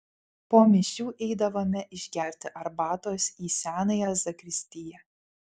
po mišių eidavome išgerti arbatos į senąją zakristiją